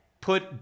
put